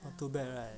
not too bad right